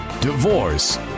Divorce